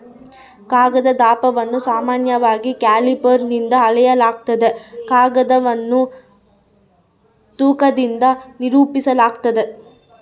ಕಾಗದದ ದಪ್ಪವನ್ನು ಸಾಮಾನ್ಯವಾಗಿ ಕ್ಯಾಲಿಪರ್ನಿಂದ ಅಳೆಯಲಾಗ್ತದ ಕಾಗದವನ್ನು ತೂಕದಿಂದ ನಿರೂಪಿಸಾಲಾಗ್ತದ